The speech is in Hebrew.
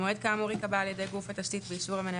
המועד כאמור ייקבע על ידי גוף התשתית באישור המנהל